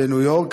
בניו-יורק,